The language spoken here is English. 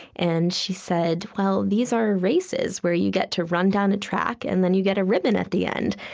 and she said, well, these are races where you get to run down a track, and then you get a ribbon at the end.